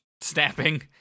snapping